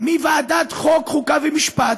מוועדת החוקה, חוק ומשפט,